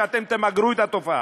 שאתם תמגרו את התופעה.